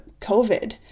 COVID